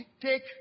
take